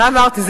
מה אמרתי?